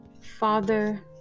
Father